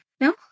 no